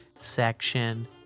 section